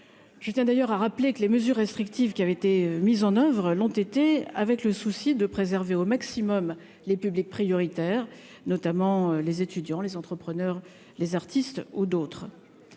je tiens d'ailleurs à rappeler que les mesures restrictives qui avait été mise en oeuvre, l'ont été avec le souci de préserver au maximum les publics prioritaires, notamment les étudiants, les entrepreneurs, les artistes ou d'autres,